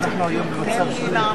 אנחנו ממשיכים בסדר-היום.